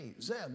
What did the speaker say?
Zeb